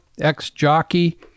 ex-jockey